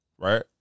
right